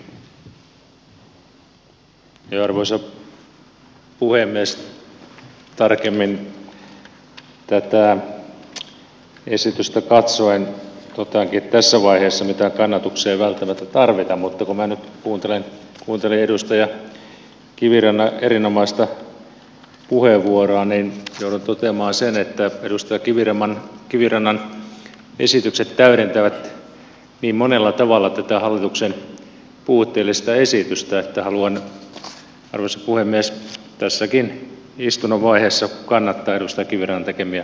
tarkemmin tätä esitystä katsoen toteankin että tässä vaiheessa mitään kannatuksia ei välttämättä tarvita mutta kun minä nyt kuuntelin edustaja kivirannan erinomaista puheenvuoroa niin joudun toteamaan sen että edustaja kivirannan esitykset täydentävät niin monella tavalla tätä hallituksen puutteellista esitystä että haluan arvoisa puhemies tässäkin istunnon vaiheessa kannattaa edustaja kivirannan tekemiä esityksiä